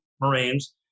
Marines